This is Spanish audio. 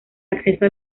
acceso